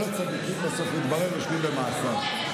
מתברר שכל הצדיקים בסוף יושבים במאסר,